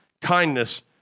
kindness